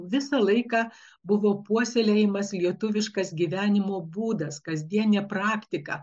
visą laiką buvo puoselėjamas lietuviškas gyvenimo būdas kasdienė praktika